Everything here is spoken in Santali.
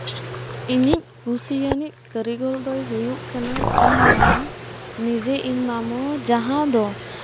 ᱤᱧᱤᱡ ᱠᱩᱥᱤ ᱨᱤᱱᱤᱡ ᱠᱟᱹᱨᱤᱜᱚᱞ ᱫᱚᱭ ᱦᱩᱭᱩᱜ ᱠᱟᱱᱟ ᱤᱧ ᱢᱟᱹᱢᱩ ᱱᱤᱡᱮ ᱤᱧ ᱢᱟᱹᱢᱩ ᱡᱟᱦᱟᱸ ᱫᱚ